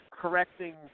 correcting